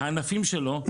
הענפים שלו,